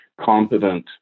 competent